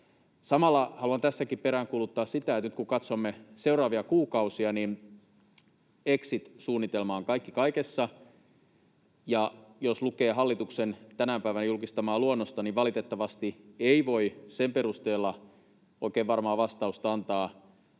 Samalla haluan tässäkin peräänkuuluttaa sitä, että nyt kun katsomme seuraavia kuukausia, niin exit-suunnitelma on kaikki kaikessa. Ja jos lukee hallituksen tänä päivänä julkistamaa luonnosta, niin valitettavasti ei voi sen perusteella oikein varmaa vastausta antaa